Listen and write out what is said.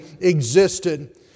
existed